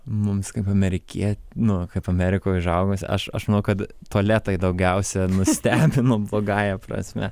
mums kaip amerikie nu kaip amerikoj užaugus aš aš manau kad tualetai daugiausia nustebino blogąja prasme